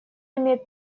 имеет